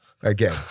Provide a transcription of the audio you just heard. again